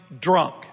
drunk